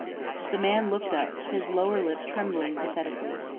the man looked up, his lower lip trembling pathetically.